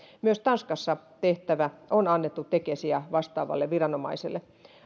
myös tanskassa tehtävä on annettu tekesiä vastaavalle viranomaiselle